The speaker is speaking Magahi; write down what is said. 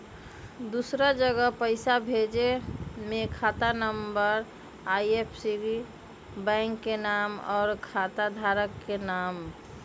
दूसरा जगह पईसा भेजे में खाता नं, आई.एफ.एस.सी, बैंक के नाम, और खाता धारक के नाम?